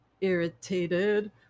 irritated